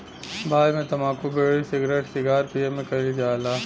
भारत मे तम्बाकू bidi, cigarette cigar पिए मे कइल जाला